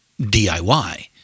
DIY